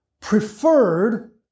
preferred